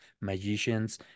magicians